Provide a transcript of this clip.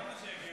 למה שיגיעו?